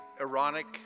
ironic